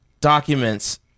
documents